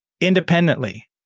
independently